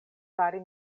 fari